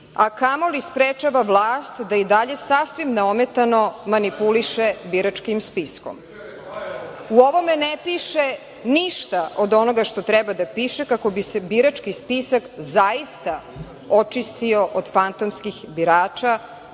a kamoli sprečava vlast da i dalje sasvim neometano manipuliše biračkim spiskom.U ovome ne piše ništa od onoga što treba da piše kako bi se birački spisak zaista očistio od fantomskih birača